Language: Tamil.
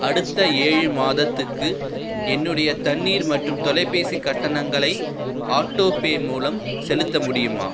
அடுத்த ஏழு மாதத்துக்கு என்னுடைய தண்ணீர் மற்றும் தொலைபேசி கட்டணங்களை ஆட்டோபே மூலம் செலுத்த முடியுமா